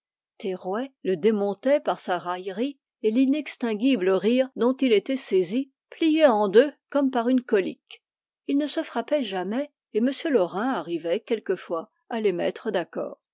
le démontait par sa raillerie et l'inextinguible rire dont il était saisi plié en deux comme par une colique ils ne se frappaient jamais et m laurin arrivait quelquefois à les mettre d'accord